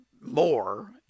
more